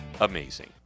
amazing